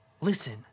listen